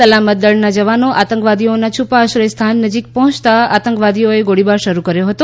સલામત દળના જવાનો આતંકવાદીઓના છુપા આશ્રય સ્થાન નજીક પહોંચતા આતંકવાદીઓએ ગોળીબાર શરૂ કર્યો હતો